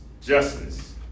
justice